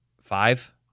five